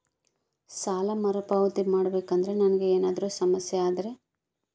ಸಾಲ ಮರುಪಾವತಿ ಮಾಡಬೇಕಂದ್ರ ನನಗೆ ಏನಾದರೂ ಸಮಸ್ಯೆ ಆದರೆ?